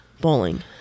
bowling